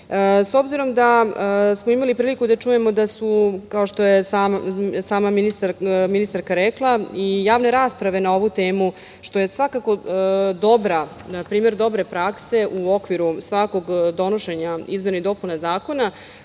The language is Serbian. obzirom da smo imali priliku da čujemo da su, kao što je sama ministarka rekla, i javne rasprave na ovu temu, što je je svakako dobra, primer dobre prakse u okviru svakog donošenja izmena i dopuna zakona,